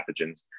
pathogens